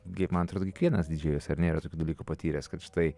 gi man atrodo kiekvienas didžėjus ar ne yra dalykų patyręs kad štai